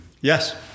Yes